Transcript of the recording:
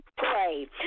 pray